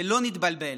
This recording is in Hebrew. שלא נתבלבל,